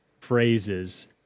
phrases